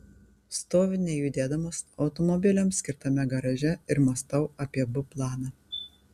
stoviu nejudėdamas automobiliams skirtame garaže ir mąstau apie b planą